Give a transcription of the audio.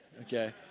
Okay